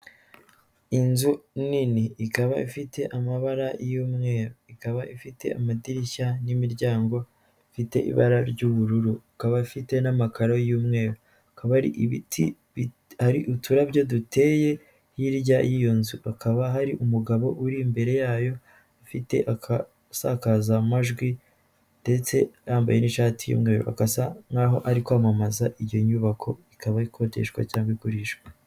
Inzu nini ikaba ifite amabara y'umweru, ikaba ifite amadirishya n'imiryango ifite ibara ry'ubururu, ikaba ifite n'amakararo y'umweru, hakaba hari ibiti, hari uturarabyo duteye hirya y'iyo nzu, hakaba hari umugabo uri imbere yayo afite agasakazamajwi ndetse yambaye n'ishati y'umweru, agasa nk'aho ari kwamamaza iyo nyubako ikaba ikodeshwa cyangwa igurishwa.